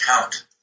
count